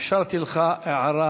אפשרתי לך הערה,